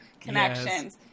Connections